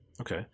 Okay